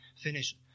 finish